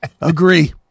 Agree